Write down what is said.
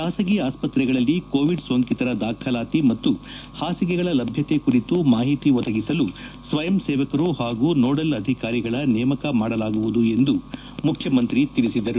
ಬಾಸಗಿ ಆಸ್ತ್ರತೆಗಳಲ್ಲಿ ಕೋವಿಡ್ ಸೋಂಕಿತರ ದಾಖಲಾತಿ ಮತ್ತು ಹಾಸಿಗೆಗಳ ಲಭ್ಯತೆ ಕುರಿತು ಮಾಹಿತಿ ಒದಗಿಸಲು ಸ್ವಯಂ ಸೇವಕರು ಹಾಗು ನೋಡಲ್ ಅಧಿಕಾರಗಳ ನೇಮಕ ಮಾಡಲಾಗುವುದು ಎಂದು ಮುಖ್ಯಮಂತ್ರಿ ತಿಳಿಸಿದರು